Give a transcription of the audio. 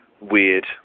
weird